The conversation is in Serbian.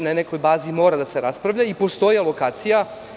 Na nekoj bazi mora da se raspravlja i postoji alokacija.